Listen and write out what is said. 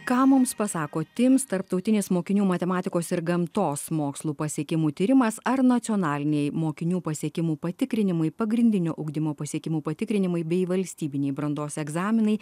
ką mums pasako tims tarptautinis mokinių matematikos ir gamtos mokslų pasiekimų tyrimas ar nacionaliniai mokinių pasiekimų patikrinimai pagrindinio ugdymo pasiekimų patikrinimai bei valstybiniai brandos egzaminai